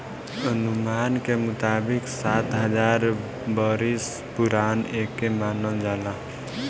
अनुमान के मुताबिक सात हजार बरिस पुरान एके मानल जाला